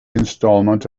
instalment